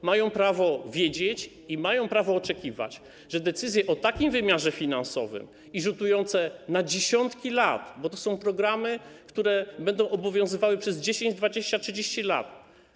Oni mają prawo wiedzieć i mają prawo oczekiwać, że decyzje o takim wymiarze finansowym i rzutujące na dziesiątki lat, bo to są programy, które będą obowiązywały przez 10, 20, 30 lat.